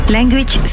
Language